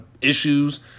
issues